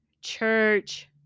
church